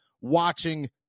watching